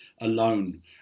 alone